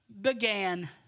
began